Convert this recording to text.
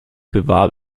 bewarb